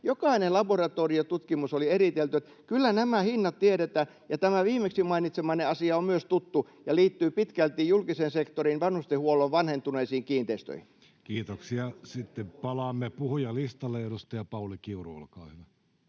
jokainen laboratoriotutkimus oli eritelty. Kyllä nämä hinnat tiedetään. [Ben Zyskowicz: Mites perusterveydenhoidossa?] Ja tämä viimeksi mainitsemanne asia on myös tuttu ja liittyy pitkälti julkisen sektorin vanhustenhuollon vanhentuneisiin kiinteistöihin. Kiitoksia. — Sitten palaamme puhujalistalle. — Edustaja Pauli Kiuru, olkaa hyvä.